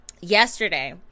yesterday